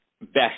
best